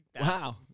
Wow